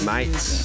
Mates